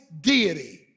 deity